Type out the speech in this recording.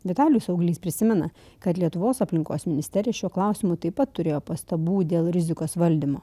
vitalijus auglys prisimena kad lietuvos aplinkos ministerijos šiuo klausimu taip pat turėjo pastabų dėl rizikos valdymo